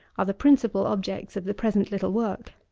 are the principal objects of the present little work.